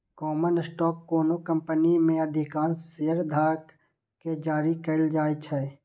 common stock कोनो company मे अधिकांश शेयरधारक कें जारी कैल जाइ छै